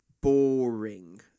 boring